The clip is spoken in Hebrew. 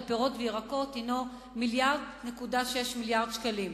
פירות וירקות הינו 1.6 מיליארד שקלים.